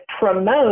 promote